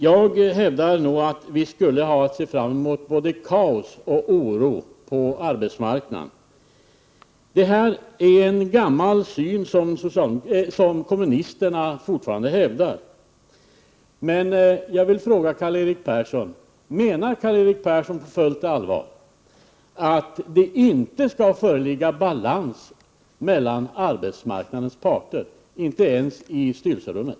Jag hävdar att vi skulle ha att se fram emot både kaos och oro på arbetsmarknaden. Detta är en gammal syn som kommunisterna fortfarande hävdar. Jag vill fråga Karl-Erik Persson: Menar Karl-Erik Persson på fullt allvar att det inte skall föreligga balans mellan arbetsmarknadens parter, inte ens i styrelserummet?